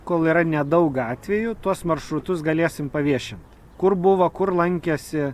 kol yra nedaug atvejų tuos maršrutus galėsim paviešint kur buvo kur lankėsi